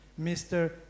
Mr